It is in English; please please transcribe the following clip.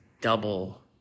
double